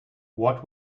what